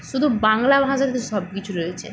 শুধু বাংলা ভাষাতে সব কিছু রয়েছে